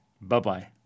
bye-bye